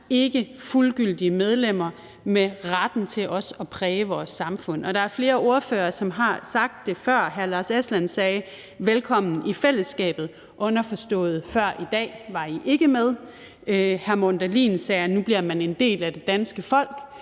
ikke fuldgyldige medlemmer med retten til også at præge vores samfund. Der er flere ordførere, som har sagt det før. Hr. Lars Aslan Rasmussen sagde: Velkommen i fællesskabet. Der ligger underforstået i det, at før i dag var I ikke med. Hr. Morten Dahlin sagde, at nu bliver man en del af det danske folk,